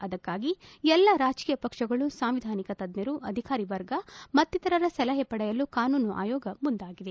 ಅದಕ್ಕಾಗಿ ಎಲ್ಲಾ ರಾಜಕೀಯ ಪಕ್ಷಗಳು ಸಾಂವಿಧಾನಿಕ ತಜ್ಞರು ಅಧಿಕಾರಿ ವರ್ಗ ಮತ್ತಿತರರ ಸಲಹೆ ಪಡೆಯಲು ಕಾನೂನು ಆಯೋಗ ಮುಂದಾಗಿದೆ